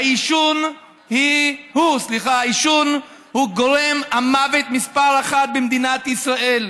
העישון הוא גורם המוות מספר אחת במדינת ישראל,